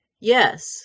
Yes